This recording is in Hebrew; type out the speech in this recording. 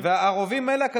והרובים האלה,